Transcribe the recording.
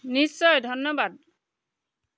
নিশ্চয় ধন্যবাদ